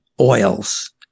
oils